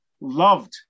loved